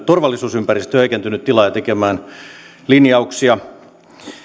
turvallisuusympäristön heikentyneen tilan ja tekemään linjauksia